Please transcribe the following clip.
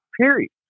Period